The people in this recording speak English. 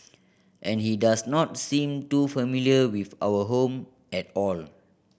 and he does not seem too familiar with our home at all